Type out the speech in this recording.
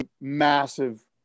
massive